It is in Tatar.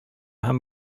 һәм